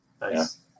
Nice